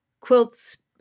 Quilts